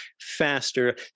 faster